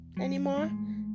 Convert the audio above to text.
anymore